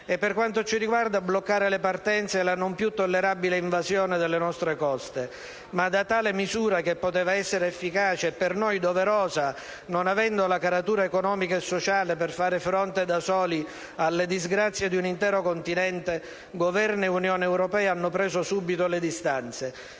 per quanto ci riguarda, bloccare le partenze e la non più tollerabile invasione delle nostre coste. Ma, da tale misura, che poteva essere efficace, e per noi doverosa, non avendo la caratura economica e sociale per fare fronte da soli alle disgrazie di un intero continente, Governo ed Unione europea hanno preso subito le distanze.